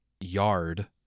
yard